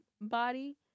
body